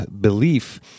belief